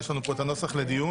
יש לנו פה הנוסח לדיון.